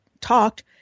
talked